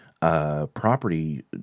property